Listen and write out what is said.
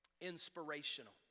inspirational